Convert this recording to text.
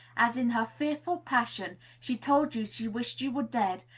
as, in her fearful passion, she told you she wished you were dead,